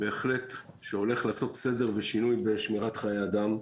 שהולך לעשת סדר ושינוי בשמירת חיי אדם.